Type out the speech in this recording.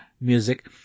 music